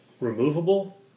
removable